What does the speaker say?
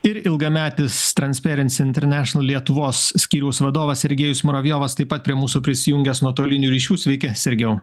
ir ilgametis transperens internešinal lietuvos skyriaus vadovas sergejus muravjovas taip pat prie mūsų prisijungęs nuotoliniu ryšiu sveiki sergejau